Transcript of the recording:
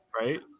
Right